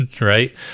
right